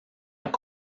est